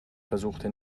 versuchte